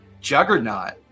juggernaut